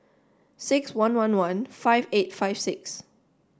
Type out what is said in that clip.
six one one one five eight five six